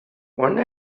one